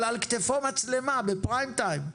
אבל על כתפו מצלמה בפריים טיים.